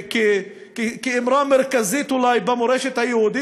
כאמרה מרכזית אולי במורשת היהודית,